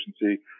efficiency